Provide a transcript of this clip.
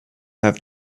have